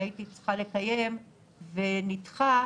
שהייתי צריכה לקיים והוא נדחה,